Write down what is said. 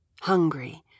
hungry